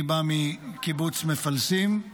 אני בא מקיבוץ מפלסים,